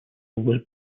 was